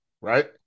right